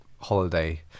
holiday